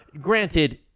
granted